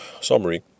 summary